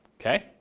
Okay